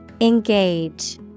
Engage